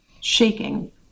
Shaking